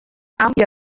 amplia